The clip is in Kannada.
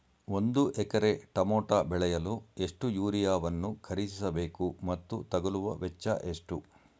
ಒಂದು ಎಕರೆ ಟಮೋಟ ಬೆಳೆಯಲು ಎಷ್ಟು ಯೂರಿಯಾವನ್ನು ಖರೀದಿಸ ಬೇಕು ಮತ್ತು ತಗಲುವ ವೆಚ್ಚ ಎಷ್ಟು?